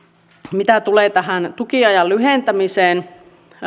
mitä tulee tähän tukiajan lyhentämiseen